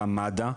גם מד"א.